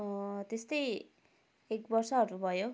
त्यस्तै एक वर्षहरू भयो